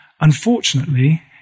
unfortunately